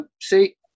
see